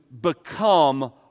become